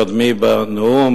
קודמי בנאום,